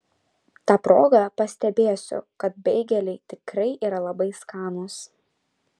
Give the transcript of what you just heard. ta proga pastebėsiu kad beigeliai tikrai yra labai skanūs